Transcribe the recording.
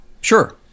Sure